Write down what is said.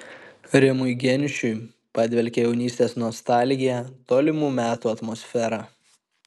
rimui geniušui padvelkia jaunystės nostalgija tolimų metų atmosfera